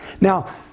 Now